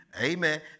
Amen